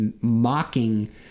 mocking